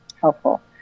helpful